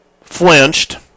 flinched